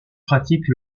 pratique